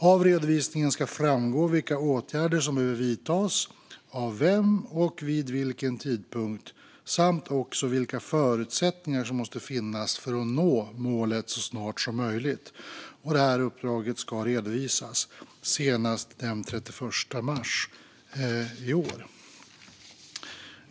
Av redovisningen ska framgå vilka åtgärder som behöver vidtas, av vem och vid vilken tidpunkt samt vilka förutsättningar som måste finnas för att målet ska nås så snart som möjligt. Uppdraget ska redovisas senast den 31 mars i år.